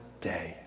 day